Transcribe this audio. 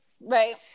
Right